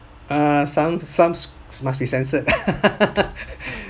uh some some must be censored